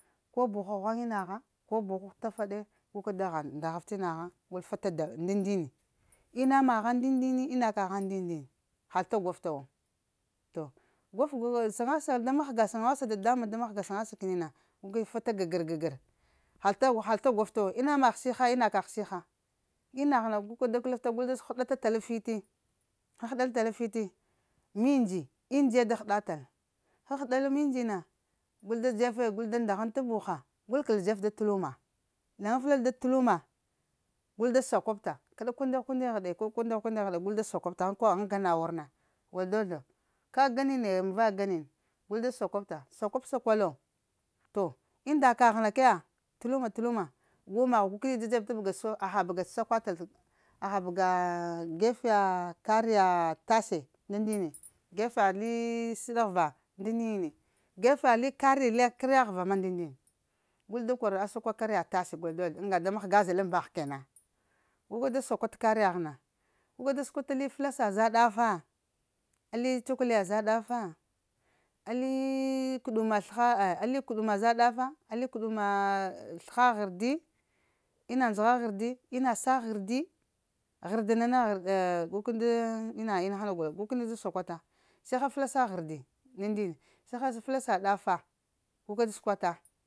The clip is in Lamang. Ko buha ghwaŋa inaha, ko buhu hutafa ɗe, guka da haŋ nda haf tina ha, gul fata da nda ndini ina maha nda ndini, ina kaha nda ndini hal ta gwafta wo. To gwaf gwa, saŋasa i da mahga saŋga wasa dadamuŋ da mahga saŋga sa kəni na gu kəni gata gagər-gagər, hal tog hal ta gwafta wo ina magh siha ina kagh siha, ina kagh na gu ka da kəlafta guka da həɗata tal fiti hahəɗal tala fiti mindzi ŋdziye da həɗa tal, hahəɗal məŋ dzi na gul da dzefe gul da ndahəŋ ta buha gul kəl dzef da t'luma la ŋgaf lal da t'luma gul da sakwapta kaɗa kwandegh-kwandegh ɗe gul da sakwa pta? Həŋ koɓ? Hən, gani ni gana wurna gol dozlo ka? Gani ne oh monvaya ganini gul da sakwapta, sakwap-sakwa lo. To unda kagh na kaya t'luma-t'luma gu magh gu kəni da dzeb da tapga so a? Ha bəga sakwatal t aha bəga gefiya kariya tase nmda ndini gefa li səɗagh va ndandini ni gefiya likari kariya ghəva ma nda ndini, gul da kor a səkwa kariya tase gol dozlo ŋga da mahga zəlam bagh kena guka da sakwa kariya ghna gu ka da səkwa ali flasa za dafa, ali tsakwaliya za dafa, aliii kuɗuma sləha ah ali kuɗuma za dafa ali kuɗuma sləha ghərdi, ina ndzəha ghərdi, ina sa ghərdi ghərdi na na hər a guka da ina inahane gol gu kəni da sakwata si ha flasa ghərdi nda ndini siha flasa ɗafa guka da səkwa ta